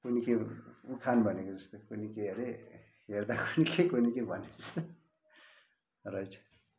कोनि के उखान भनेको जस्तो कोनि के अरे हेर्दा कोनि के कोनि के भनेको जस्तो रहेछ